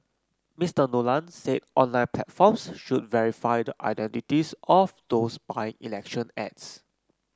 Mister Nolan said online platforms should verify the identities of those buying election ads